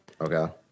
Okay